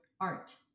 art